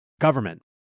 Government